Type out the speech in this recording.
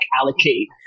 allocate